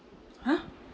!huh!